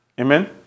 amen